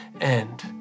end